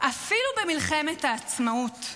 אפילו במלחמת העצמאות,